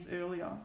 earlier